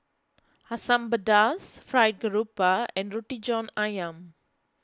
Asam Pedas Fried Grouper and Roti John Ayam